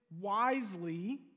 wisely